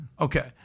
Okay